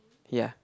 ya